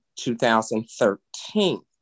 2013